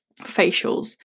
facials